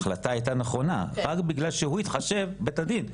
ההחלטה הייתה נכונה אבל רק בגלל שבית הדין התחשב